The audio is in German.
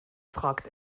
fragt